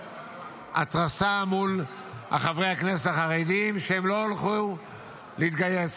התרסה מול חברי הכנסת החרדים שהם לא הלכו להתגייס,